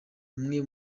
amwe